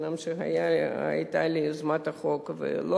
אומנם היתה לי יוזמת חוק והיא לא